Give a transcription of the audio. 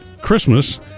Christmas